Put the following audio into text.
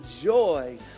joy